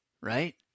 right